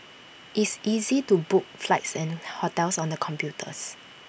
it's easy to book flights and hotels on the computers